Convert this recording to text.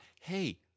hey